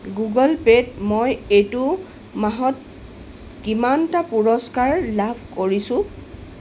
Google পে'ত মই এইটো মাহত কিমানটা পুৰস্কাৰ লাভ কৰিছো